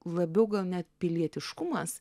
labiau gal net pilietiškumas